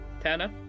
Tana